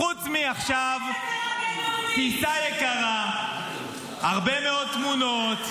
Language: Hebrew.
--- חוץ מטיסה יקרה עכשיו, הרבה מאוד תמונות.